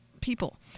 people